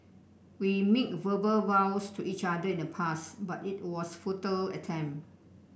we made verbal vows to each other in the past but it was futile attempt